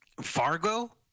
Fargo